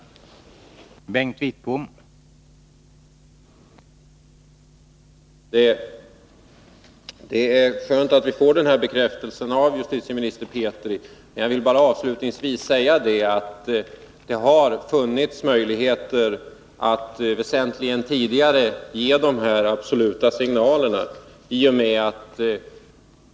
29 mars 1982